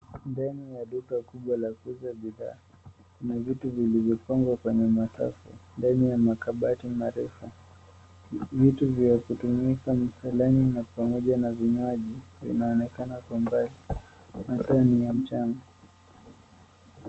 Ndani ya duka kubwa la kuuza bidhaa, na vitu vilivyopangwa kwenye marafu, ndani ya makabati marefu. Vitu vya kutumika msalani na pamoja na vinywaji, vinaonekana kwa mbali. Masaa ni ya mchana.